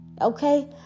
Okay